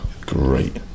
great